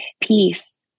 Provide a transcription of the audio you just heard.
peace